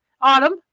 Autumn